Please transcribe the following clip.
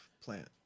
plant